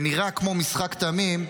שנראה כמו משחק תמים,